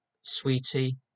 sweetie